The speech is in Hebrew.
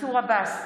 מנסור עבאס,